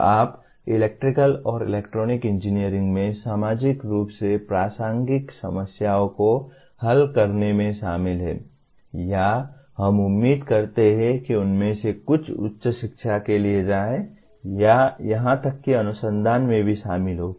तो आप इलेक्ट्रिकल और इलेक्ट्रॉनिक इंजीनियरिंग में सामाजिक रूप से प्रासंगिक समस्याओं को हल करने में शामिल हैं या हम उम्मीद करते हैं कि उनमें से कुछ उच्च शिक्षा के लिए जाएं या यहां तक कि अनुसंधान में भी शामिल हों